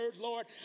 Lord